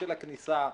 של הכניסה,